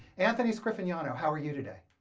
anthony scriffignano, how are you today?